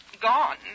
gone